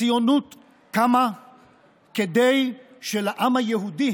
הציונות קמה כדי שלעם היהודי